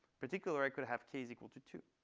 particularly, i could have k is equal to two.